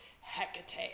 Hecate